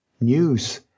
news